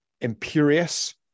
imperious